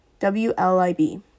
WLIB